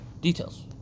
Details